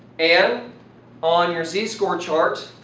and on your z score chart,